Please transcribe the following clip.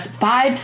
five